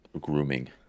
grooming